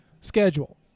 Schedule